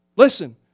Listen